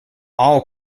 all